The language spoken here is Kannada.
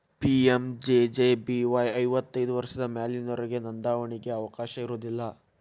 ಪಿ.ಎಂ.ಜೆ.ಜೆ.ಬಿ.ವಾಯ್ ಐವತ್ತೈದು ವರ್ಷದ ಮ್ಯಾಲಿನೊರಿಗೆ ನೋಂದಾವಣಿಗಿ ಅವಕಾಶ ಇರೋದಿಲ್ಲ